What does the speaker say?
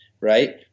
Right